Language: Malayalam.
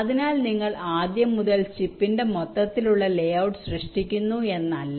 അതിനാൽ നിങ്ങൾ ആദ്യം മുതൽ ചിപ്പിന്റെ മൊത്തത്തിലുള്ള ലേഔട്ട് സൃഷ്ടിക്കുന്നു എന്നല്ല